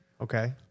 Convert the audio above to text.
Okay